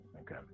Okay